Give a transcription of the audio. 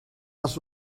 dels